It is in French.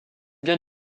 bien